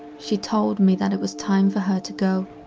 she told me that it was time for her to go,